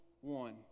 one